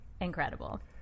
incredible